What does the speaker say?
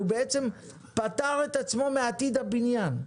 הם בעצם פטרו את עצמם מעתיד הבניין.